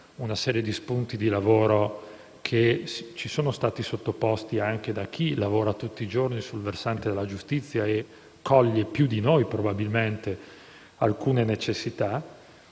una serie di spunti che ci sono stati sottoposti anche da chi lavora tutti i giorni sul versante della giustizia e coglie più di noi, probabilmente, alcune necessità.